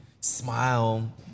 smile